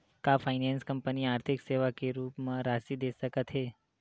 का finance company आर्थिक सेवा के रूप म राशि दे सकत हे?